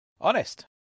Honest